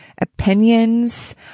opinions